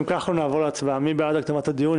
אם כך, אנחנו נעבור להצבעה מי בעד הקדמת הדיון?